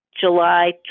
July